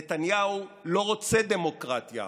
נתניהו לא רוצה דמוקרטיה,